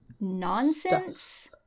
nonsense